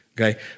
okay